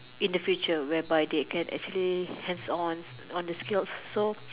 in the future where by they can actually hands on on the skills so